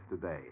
today